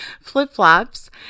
flip-flops